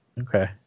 Okay